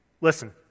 Listen